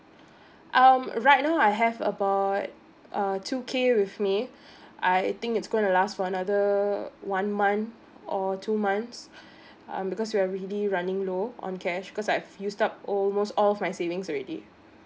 um right now I have about uh two k with me I think it's gonna last for another one month or two months because we're really running low on cash because I have used up almost all of my savings already